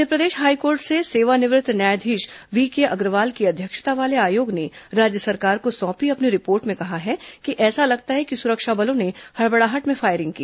Madhya Pradesh high court के सेवानिवृत्त न्यायाधीश वीके अग्रवाल की अध्यक्षता वाले आयोग ने राज्य सरकार को सौंपी अपनी रिपोर्ट में कहा है कि ऐसा लगता है कि सुरक्षा बलों ने हड़बड़ाहट में फायरिंग की